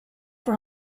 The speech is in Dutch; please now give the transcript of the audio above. voor